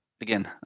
Again